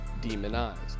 demonized